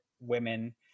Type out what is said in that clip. women